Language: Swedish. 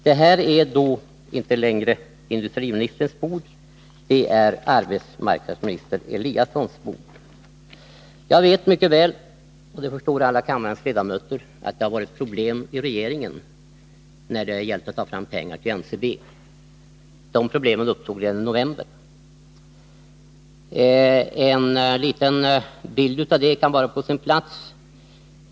Detta är då inte längre industriministerns bord, utan det är arbetsmarknadsminister Eliassons bord. Jag vet mycket väl — och det förstår alla kammarens ledamöter — att det har varit problem i regeringen när det gällt att ta fram pengar till NCB. De problemen uppstod redan i november. En liten bild av det kan vara på sin plats.